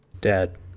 Dad